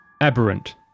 aberrant